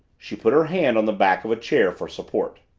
she put her hand on the back of a chair for support.